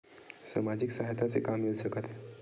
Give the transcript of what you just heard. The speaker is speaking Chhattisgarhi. सामाजिक सहायता से का मिल सकत हे?